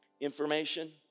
Information